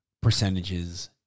percentages